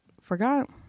forgot